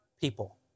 people